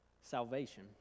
Salvation